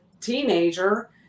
teenager